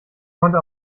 konnte